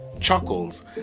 chuckles